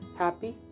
happy